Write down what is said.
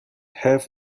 have